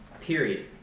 Period